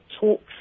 talks